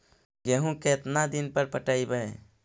गेहूं केतना दिन पर पटइबै?